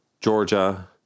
Georgia